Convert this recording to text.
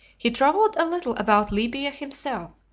he travelled a little about libya himself,